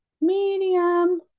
medium